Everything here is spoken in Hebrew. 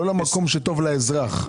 לא למקום שטוב לאזרח.